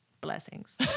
Blessings